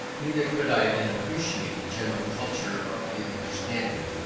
neither could i then appreciate the general culture of the understanding,